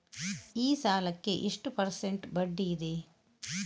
ಈ ಸಾಲಕ್ಕೆ ಎಷ್ಟು ಪರ್ಸೆಂಟ್ ಬಡ್ಡಿ ಇದೆ?